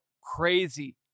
crazy